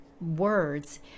words